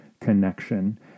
connection